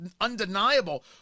undeniable